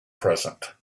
present